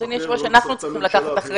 אדוני היושב ראש, אנחנו צריכים לקחת אחריות.